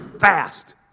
fast